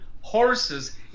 horses